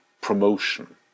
promotion